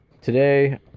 Today